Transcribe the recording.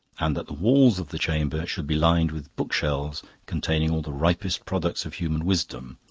and that the walls of the chamber should be lined with bookshelves containing all the ripest products of human wisdom,